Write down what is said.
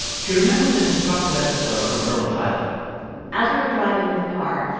she remembers an instructive episode from her own childhood as we were driving in the car,